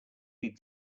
feed